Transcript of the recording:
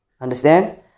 Understand